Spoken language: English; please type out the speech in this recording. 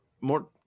more